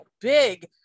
big